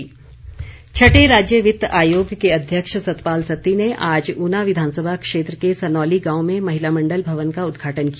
सत्ती छठें राज्य वित्त राज्य के अध्यख सतपाल सत्ती ने आज ऊना विधानसभा क्षेत्र के सनौली गांव में महिला मंडल भवन का उद्घाटन किया